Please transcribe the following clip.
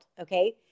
okay